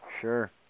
Sure